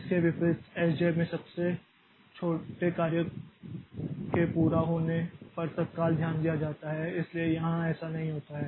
इसके विपरीत एसजेएफ में सबसे छोटे कार्य के पूरा होने पर तत्काल ध्यान दिया जाता है इसलिए यहां ऐसा नहीं होता है